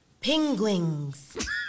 penguins